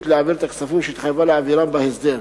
להעביר את הכספים שהתחייבה להעבירם בהסדר.